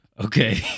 Okay